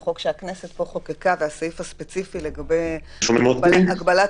רק מוסיפה שאלה: החוק שהכנסת חוקקה והסעיף הספציפי לגבי הגבלת